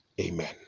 Amen